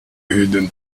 hidden